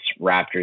Raptors